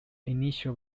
initial